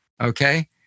Okay